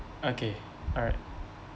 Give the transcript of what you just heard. okay alright